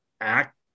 act